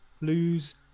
lose